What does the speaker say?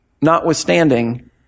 notwithstanding